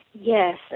Yes